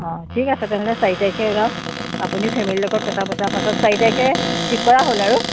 অঁ ঠিক আছে তেনেহ'লে চাৰি তাৰিখেই ওলাওঁ আপুনিও ফেমিলী লগত কথা বতৰা পাতক চাৰি তাৰিখে ঠিক কৰা হ'ল আৰু